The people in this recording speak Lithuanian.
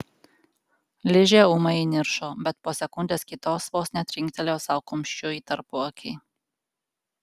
ližė ūmai įniršo bet po sekundės kitos vos netrinktelėjo sau kumščiu į tarpuakį